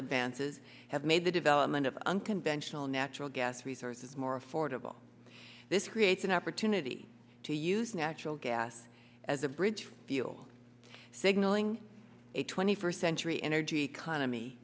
advances have made the development of unconventional natural gas resources more affordable this creates an opportunity to use natural gas as a bridge feel signaling a twenty first century energy economy